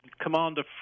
Commander